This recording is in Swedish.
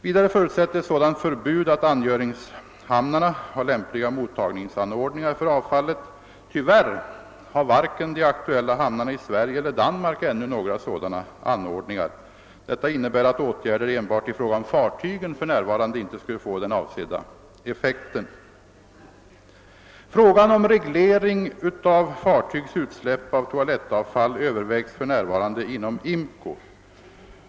Vidare förutsätter ett sådant förbud att angöringshamnarna har lämpliga mottagningsanordningar för avfallet. Tyvärr har varken de aktuella hamnarna i Sverige eller Danmark ännu några sådana anordningar. Detta innebär att åtgärder enbart i fråga om fartygen för närvarande inte skulle få den avsedda effekten. Frågan om reglering av fartygs utsläpp av toalettavfall övervägs för närvarande inom IMCO.